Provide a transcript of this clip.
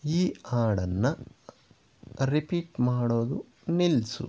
ಈ ಹಾಡನ್ನು ರಿಪೀಟ್ ಮಾಡೋದು ನಿಲ್ಲಿಸು